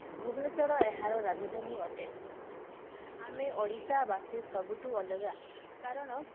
ଭୁବନେଶ୍ୱର ଏହାର ରାଜଧାନୀ ଅଟେ ଆମେ ଓଡ଼ିଶାବାସୀ ସବୁଠୁ ଅଲଗା କାରଣ